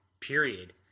period